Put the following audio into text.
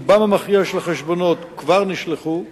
רובם המכריע של החשבונות כבר נשלחו,